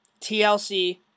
TLC